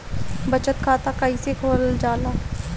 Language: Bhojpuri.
बचत खाता कइसे खोलल जाला?